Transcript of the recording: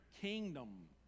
kingdom